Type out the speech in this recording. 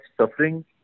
suffering